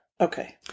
okay